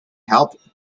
help